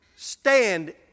Stand